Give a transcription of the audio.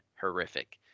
horrific